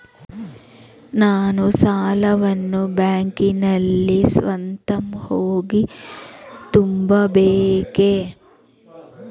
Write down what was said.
ನಾನು ಸಾಲವನ್ನು ಬ್ಯಾಂಕಿನಲ್ಲಿ ಸ್ವತಃ ಹೋಗಿ ತುಂಬಬೇಕೇ?